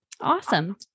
Awesome